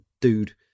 dude